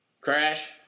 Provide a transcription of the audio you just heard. Crash